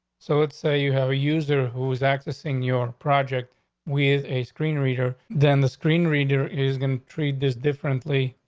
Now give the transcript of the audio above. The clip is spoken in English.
so let's say you have a user who's accessing your project with a screen reader. then the screen reader is gonna treat this differently.